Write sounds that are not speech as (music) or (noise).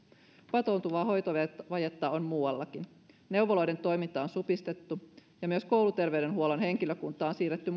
patoutuvaa hoitovajetta on muuallakin neuvoloiden toimintaa on supistettu ja myös kouluterveydenhuollon henkilökuntaa on siirretty (unintelligible)